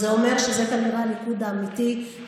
זה אומר שזה כנראה הליכוד האמיתי,